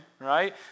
right